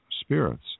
spirits